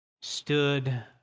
stood